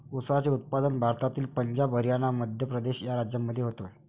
ऊसाचे उत्पादन भारतातील पंजाब हरियाणा मध्य प्रदेश या राज्यांमध्ये होते